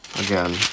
again